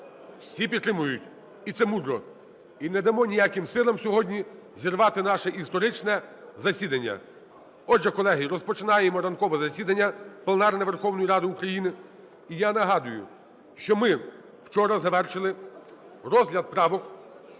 Всі підтримують, і це мудро. І не дамо ніяким силам сьогодні зірвати наше історичне засідання. Отже, колеги, розпочинаємо ранкове засідання пленарне Верховної Ради України. І я нагадую, що ми вчора завершили розгляд правок